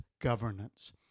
governance